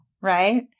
right